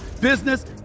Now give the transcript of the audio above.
business